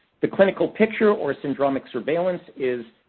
the clinical picture or syndromic surveillance is,